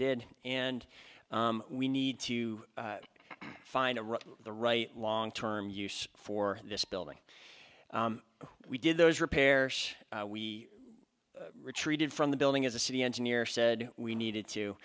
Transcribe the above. did and we need to find the right long term use for this building we did those repairs we retreated from the building as a city engineer said we needed to